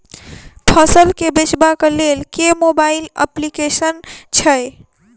फसल केँ बेचबाक केँ लेल केँ मोबाइल अप्लिकेशन छैय?